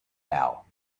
now